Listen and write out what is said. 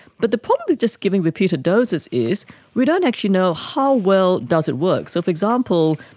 but the problem with just giving repeated doses is we don't actually know how well does it work. so, for example,